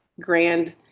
grand